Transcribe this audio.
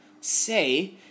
say